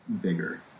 bigger